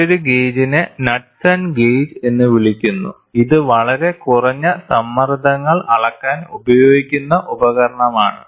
മറ്റൊരു ഗേജിനെ Knudsen gauge എന്ന് വിളിക്കുന്നു ഇത് വളരെ കുറഞ്ഞ സമ്മർദ്ദങ്ങൾ അളക്കാൻ ഉപയോഗിക്കുന്ന ഉപകരണമാണ്